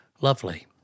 Lovely